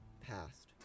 passed